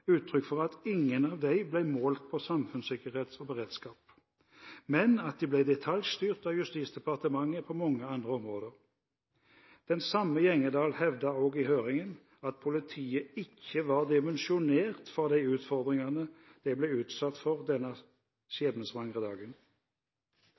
uttrykk for at ingen av dem ble målt på samfunnssikkerhet og beredskap, men at de ble detaljstyrt av Justisdepartementet på mange andre områder. Den samme Gjengedal hevdet også i høringen at politiet ikke var dimensjonert for de utfordringene det ble utsatt for denne